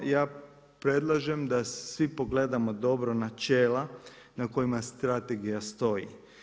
I ja predlažem da svi pogledamo dobro načela na kojima strategija stoji.